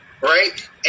right